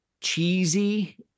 cheesy